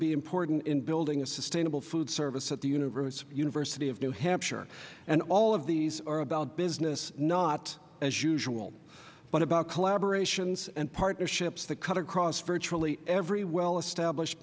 be important in building a sustainable food service at the university of new hampshire and all of these are about business not as usual but about collaborations and partnerships that cut across virtually every well established